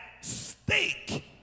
stake